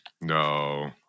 no